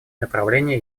направления